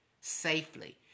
safely